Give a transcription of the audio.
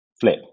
flip